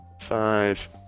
Five